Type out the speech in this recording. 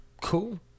Cool